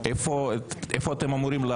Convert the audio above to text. איפה עובר הגבול?